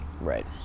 Right